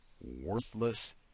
Worthless